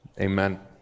amen